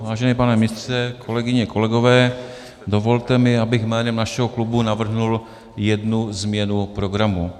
Vážený pane ministře, kolegyně, kolegové, dovolte mi, abych jménem našeho klubu navrhl jednu změnu programu.